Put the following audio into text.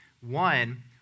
One